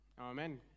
Amen